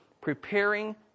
preparing